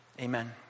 Amen